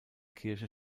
kirche